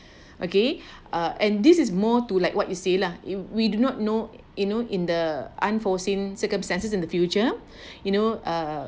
okay uh and this is more to like what you say lah if we do not know you know in the unforeseen circumstances in the future you know uh